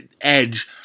edge